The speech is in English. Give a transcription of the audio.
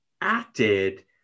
acted